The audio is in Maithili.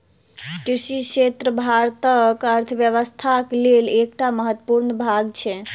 कृषि क्षेत्र भारतक अर्थव्यवस्थाक लेल एकटा महत्वपूर्ण भाग छै